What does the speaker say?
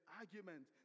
argument